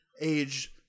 age